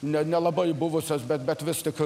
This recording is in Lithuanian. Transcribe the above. ne nelabai buvusios bet bet vis tik